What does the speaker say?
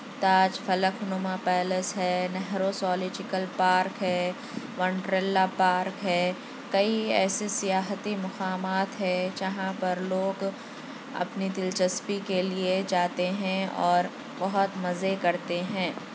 تاج Falaknuma palace ہے Nehru zoological park ہے Wonderla park ہے کئی ایسے سیاحتی مقامات ہے جہاں پر لوگ اپنی دلچسپی کے لیے جاتے ہیں اور بہت مزے کرتے ہیں